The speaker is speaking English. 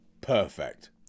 perfect